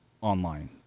online